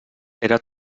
era